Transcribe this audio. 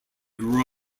grew